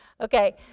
Okay